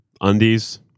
undies